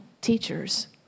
teachers